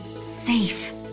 safe